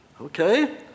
Okay